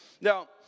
Now